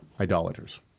idolaters